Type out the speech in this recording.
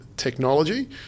technology